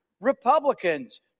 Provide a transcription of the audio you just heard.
Republicans